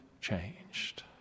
changed